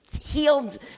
healed